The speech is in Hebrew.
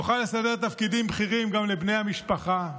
נוכל לסדר תפקידים בכירים גם לבני המשפחה,